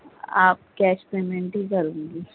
آپ cash payment ہی کر دوں گی